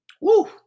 Woo